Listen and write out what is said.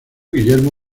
guillermo